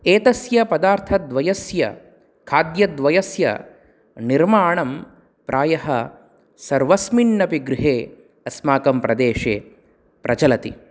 एतस्य पदार्थद्वयस्य खाद्यद्वयस्य निर्माणं प्रायः सर्वस्मिन्नपि गृहे अस्माकं प्रदेशे प्रचलति